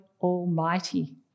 Almighty